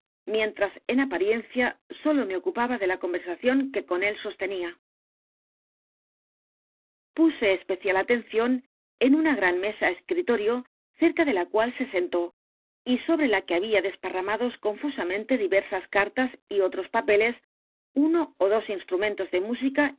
mientras en apariencia sólo me ocupaba de la conversación que con él sostenía p u s e especial atención en una g r a n mesa-escritorio cerca de la cual se sentó y sobre l a q u e había d e s p a r r a m a d o s confusamente diversas cartas y otrqs papeles uno ó dos instrumentos de música